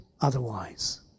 otherwise